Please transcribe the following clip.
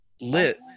lit